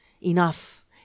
Enough